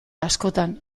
askotan